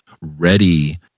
ready